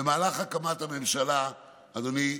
במהלך הקמת הממשלה, אדוני,